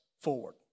forward